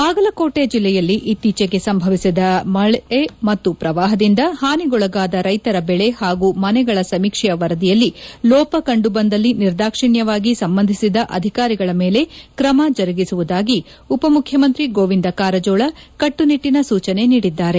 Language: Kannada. ಬಾಗಲಕೋಟೆ ಜಿಲ್ಲೆಯಲ್ಲಿ ಇತ್ತೀಚೆಗೆ ಸಂಭವಿಸಿದ ಮಳೆ ಮತ್ತು ಪ್ರವಾಹದಿಂದ ಹಾನಿಗೊಳಗಾದ ರೈತರ ಬೆಳೆ ಹಾಗೂ ಮನೆಗಳ ಸಮೀಕ್ಷೆಯ ವರದಿಯಲ್ಲಿ ಲೋಪ ಕಂಡುಬಂದಲ್ಲಿ ನಿರ್ದಾಕ್ಷಿಣ್ಯವಾಗಿ ಸಂಬಂಧಿಸಿದ ಅಧಿಕಾರಿಗಳ ಮೇಲೆ ಕ್ರಮ ಜರುಗಿಸುವುದಾಗಿ ಉಪ ಮುಖ್ಯಮಂತ್ರಿ ಗೋವಿಂದ ಕಾರಜೋಳ ಕಟ್ಟುನಿಟ್ಟಿನ ಸೂಚನೆ ನೀಡಿದ್ದಾರೆ